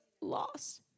lost